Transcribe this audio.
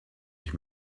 ich